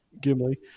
Gimli